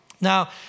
Now